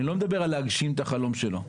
אני לא מדבר על להגשים את החלום שלו.